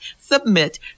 Submit